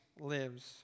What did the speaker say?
lives